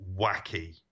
wacky